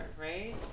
right